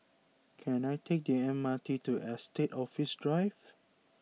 can I take the M R T to Estate Office Drive